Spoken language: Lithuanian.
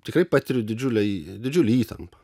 tikrai patiriu didžiulę didžiulę įtampą